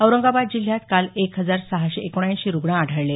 औरंगाबाद जिल्ह्यात काल एक हजार सहाशे एकोणऐंशी रुग्ण आढळले